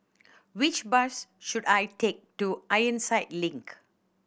which bus should I take to Ironside Link